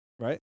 Right